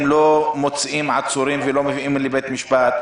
לא תוציאו עצורים ולא תביאו לבתי המשפט.